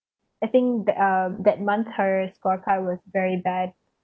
I think the uh that month her score card was very bad